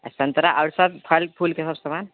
आ सन्तरा आओर फल फूलके सब समान